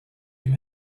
him